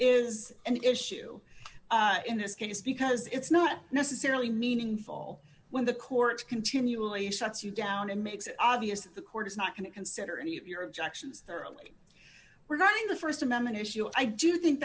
is an issue in this case because it's not necessarily meaningful when the court continually shuts you down and makes it obvious that the court is not going to consider any of your objections there really were not in the st amendment issue i do think